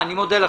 אני מודה לכם.